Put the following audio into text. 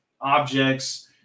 objects